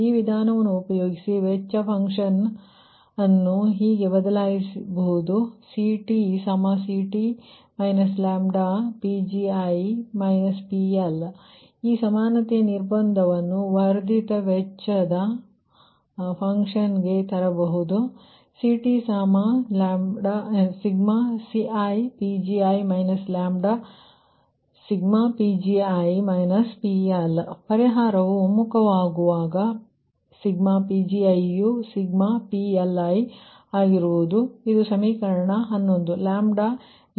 ಈ ವಿಧಾನವನ್ನು ಉಪಯೋಗಿಸಿ ವೆಚ್ಚ ಫನ್ಕ್ಷನ್ ಅನ್ನು ಹೀಗೆ ಬದಲಾಯಿಸ ಬಹುದು CTCT λi1mPgi PL ಈ ಸಮಾನತೆಯ ನಿರ್ಭಂದವನ್ನು ವರ್ಧಿತ ವೆಚ್ಚದ ಫನ್ಕ್ಷನ್ಗೆ ತರಬಹುದು CTi1mCi λi1mPgi PL ಪರಿಹಾರವು ಒಮ್ಮುಖವಾಗುವಾಗ i1mPgiಯು i1mPLಆಗಿರುತ್ತದೆ ಇದು ಸಮೀಕರಣ 11